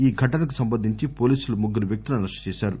ఈ ఘటనకు సంబంధించి పోలీసులు ముగ్గురు వ్యక్తులను అరెస్టు చేశారు